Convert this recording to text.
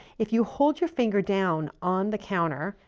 if you hold your finger down on the counter,